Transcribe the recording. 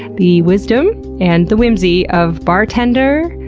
the wisdom, and the whimsy of bartender,